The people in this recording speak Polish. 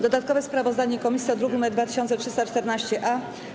Dodatkowe sprawozdanie komisji to druk nr 2314-A.